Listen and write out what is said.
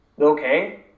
Okay